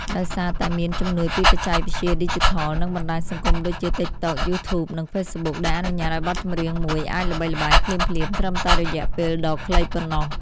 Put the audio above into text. ដោយសារតែមានជំនួយពីបច្ចេកវិទ្យាឌីជីថល និងបណ្ដាញសង្គមដូចជា តិកតក់ យូធូប និង ហ្វេសប៊ុក ដែលអនុញ្ញាតឱ្យបទចម្រៀងមួយអាចល្បីល្បាញភ្លាមៗត្រឹមតែរយៈពេលដ៏ខ្លីប៉ុណ្ណោះ។